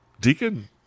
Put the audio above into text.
Deacon